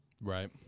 Right